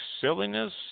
silliness